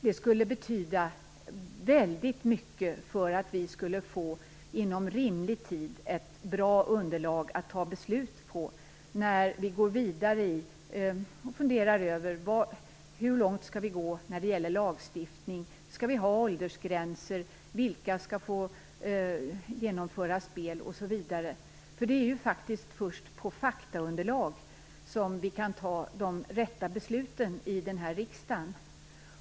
Det skulle betyda väldigt mycket för att vi inom rimlig tid skulle få ett bra underlag att fatta beslut på när vi går vidare och funderar över hur långt vi skall gå t.ex. när det gäller lagstiftning. Skall vi ha åldersgränser? Vilka skall få anordna spel osv.? Det är ju faktiskt först på faktaunderlag som vi kan fatta de rätta besluten i riksdagen.